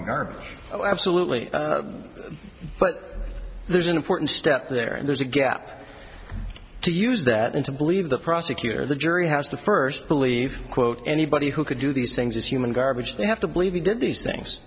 our oh absolutely but there's an important step there there's a gap to use that and to believe the prosecutor the jury has to first believe quote anybody who could do these things is human garbage they have to believe he did these things